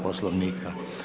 Poslovnika.